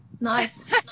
Nice